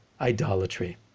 idolatry